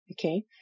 okay